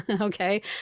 Okay